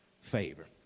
favor